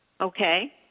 okay